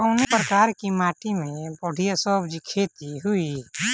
कवने प्रकार की माटी में बढ़िया सब्जी खेती हुई?